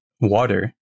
water